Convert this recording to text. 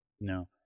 No